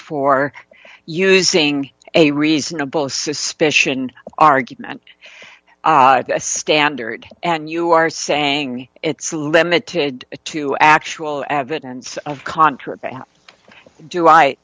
for using a reasonable suspicion argument a standard and you are saying it's limited to actual evidence of contraband do i